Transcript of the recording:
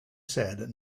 said